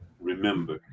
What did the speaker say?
Remember